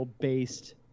based